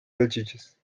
salchichas